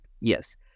yes